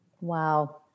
Wow